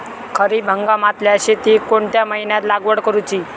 खरीप हंगामातल्या शेतीक कोणत्या महिन्यात लागवड करूची?